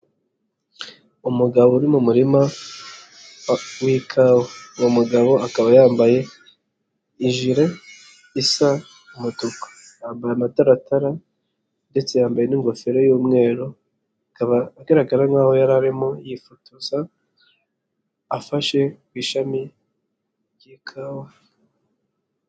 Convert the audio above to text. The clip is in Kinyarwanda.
Umugabo uri mu murima w'ikawa, uwo mugabo akaba yambaye ijile isa umutuku, yambaye amataratara ndetse yambaye n'ingofero y'umweru, akaba agaragara nk'aho yari arimo yifotoza afashe ku ishami ry'ikawa.